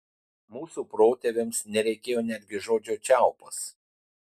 mūsų protėviams nereikėjo netgi žodžio čiaupas